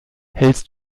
hältst